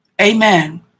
amen